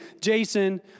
Jason